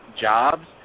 jobs